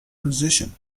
position